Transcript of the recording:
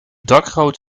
dakgoot